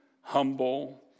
humble